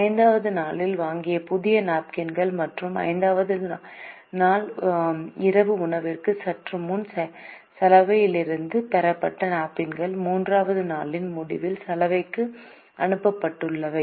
5 வது நாளில் வாங்கிய புதிய நாப்கின்கள் மற்றும் 5 வது நாள் இரவு உணவிற்கு சற்று முன் சலவையிலிருந்து பெறப்பட்ட நாப்கின்கள் 3 வது நாளின் முடிவில் சலவைக்கு அனுப்பப்பட்டுள்ளன